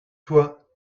toi